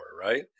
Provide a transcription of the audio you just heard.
right